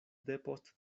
depost